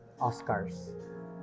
Oscars